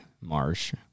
marsh